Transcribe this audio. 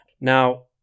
Now